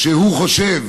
שהוא חושב